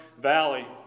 valley